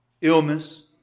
illness